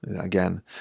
again